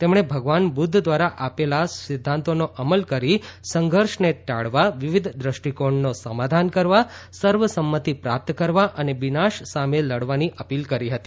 તેમણે ભગવાન બુદ્ધ દ્વારા આપેલા સિદ્ધાંતોનો અમલ કરી સંઘર્ષને ટાળવા વિવિધ દ્રષ્ટિકોણનો સમાધાન કરવા અને સર્વસંમતિ પ્રાપ્ત કરવા અને વિનાશ સામે લડવાની અપીલ કરી હતી